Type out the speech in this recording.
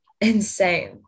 insane